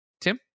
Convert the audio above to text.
Tim